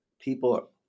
People